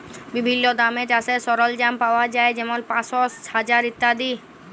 বিভিল্ল্য দামে চাষের সরল্জাম পাউয়া যায় যেমল পাঁশশ, হাজার ইত্যাদি